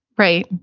right.